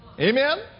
Amen